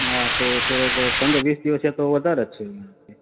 હા તો તો તો પંદર વીસ દિવસે તો વધારે જ છે એમાં